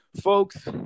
Folks